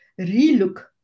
relook